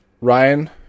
ryan